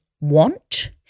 want